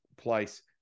place